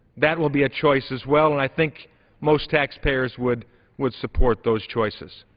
that will be a choice as well and i think most taxpayers would would support those choices.